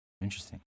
Interesting